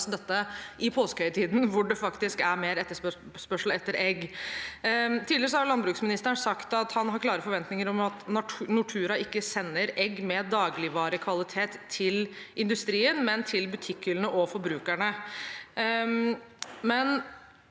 i påskehøytiden, hvor det faktisk er mer etterspørsel etter egg. Tidligere har landbruksministeren sagt at han har klare forventninger om at Nortura ikke sender egg med dagligvarekvalitet til industrien, men til butikkhyllene og forbrukerne.